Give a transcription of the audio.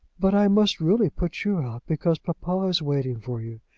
but i must really put you because papa is waiting for you.